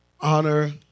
honor